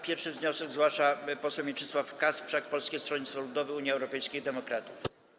Pierwszy wniosek zgłasza poseł Mieczysław Kasprzak, Polskie Stronnictwo Ludowe - Unia Europejskich Demokratów.